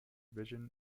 vision